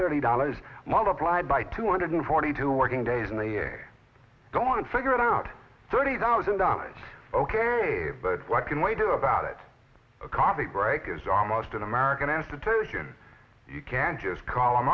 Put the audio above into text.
thirty dollars multiplied by two hundred forty two working days and they gone figure it out thirty thousand dollars ok but what can we do about it a coffee break is almost an american institution you can just call